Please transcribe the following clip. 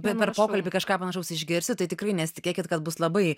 bet per pokalbį ką nors panašaus išgirst tai tikrai nesitikėkit kad bus labai